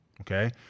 Okay